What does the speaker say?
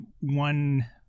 one